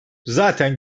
zaten